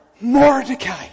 Mordecai